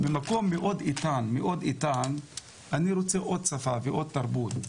ממקום מאוד איתן, אני רוצה עוד שפה, ועוד תרבות.